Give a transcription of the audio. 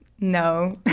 No